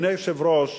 אדוני היושב-ראש,